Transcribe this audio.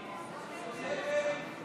אם כן,